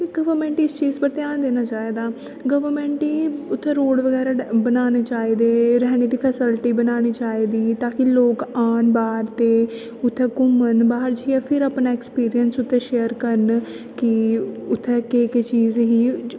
ते गवरन्मेंट गी इस चीज उपर घ्यान देना चाहिदा गवर्नमेंट उत्थे रोड बगैरा बनाने चाहिदे रौह्ने दी फेसीलटी बनानी चाहिदी ताकि लोग आन बाहर ते उत्थै घूमन बाहर जियां फिर अपने ऐक्सपिरिंस शेयर करन कि उत्थै केह् केह् चीज ही